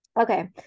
Okay